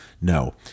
No